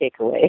takeaway